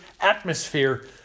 atmosphere